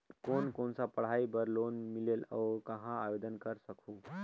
कोन कोन सा पढ़ाई बर लोन मिलेल और कहाँ आवेदन कर सकहुं?